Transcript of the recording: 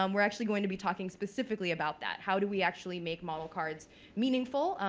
um we're actually going to be talking specifically about that. how do we actually make model cards meaningful,